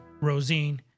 Rosine